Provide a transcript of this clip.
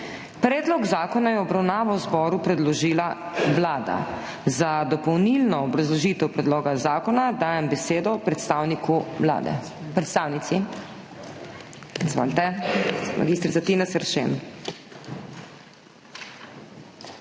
Predlog zakona je v obravnavo zboru predložila Vlada. Za dopolnilno obrazložitev predloga zakona dajem besedo predstavniku Vlade, predstavnici. Izvolite, mag. Tina Seršen.